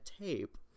tape